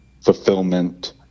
fulfillment